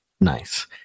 nice